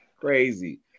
Crazy